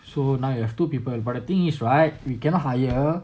so now you have two people but the thing is right we cannot hire